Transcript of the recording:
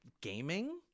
gaming